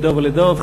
מדב לדב,